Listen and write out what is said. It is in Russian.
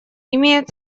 имеет